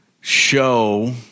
show